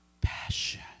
Passion